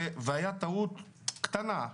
הייתה טעות קטנה,